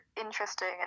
interesting